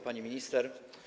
Pani Minister!